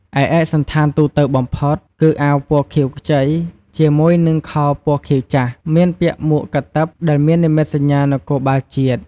ឯកសណ្ឋានទូទៅបំផុតគឺ អាវពណ៌ខៀវខ្ចី ជាមួយនឹងខោពណ៌ខៀវចាស់ មានពាក់មួកកាតិបដែលមាននិមិត្តសញ្ញានគរបាលជាតិ។